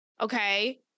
Okay